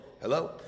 hello